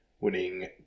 winning